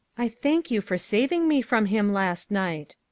i thank you for saving me from him last night.